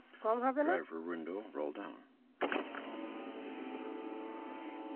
কম হবে না